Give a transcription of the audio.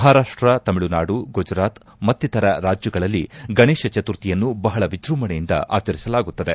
ಮಹಾರಾಷ್ಸ ತಮಿಳುನಾಡು ಗುಜರಾತ್ ಮತ್ತಿತರ ರಾಜ್ಗಗಳಲ್ಲಿ ಗಣೇಶ ಚತುರ್ಥಿಯನ್ನು ಬಹಳ ವಿಜ್ಬಂಭಣೆಯಿಂದ ಆಚರಿಸಲಾಗುತ್ತದೆ